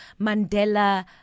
mandela